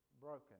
broken